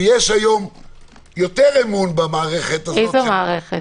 יש היום אמון- - איזו מערכת?